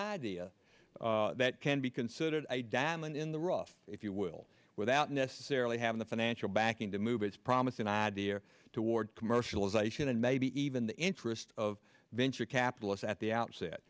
idea that can be considered i damelin in the rough if you will without necessarily having the financial backing to move its promise an idea toward commercialization and maybe even the interest of venture capitalist at the outset